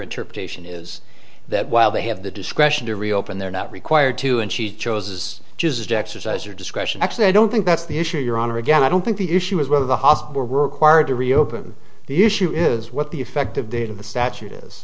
interpretation is that while they have the discretion to reopen they're not required to and she choses just exercise or discretion actually i don't think that's the issue your honor again i don't think the issue is whether the hospital required to reopen the issue is what the effective date of the statute is